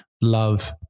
love